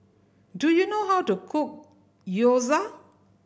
do you know how to cook Gyoza